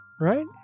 Right